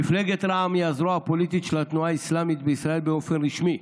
מפלגת רע"מ היא הזרוע הפוליטי של התנועה האסלאמית בישראל באופן רשמי,